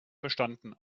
verstanden